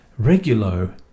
Regulo